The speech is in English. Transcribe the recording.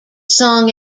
song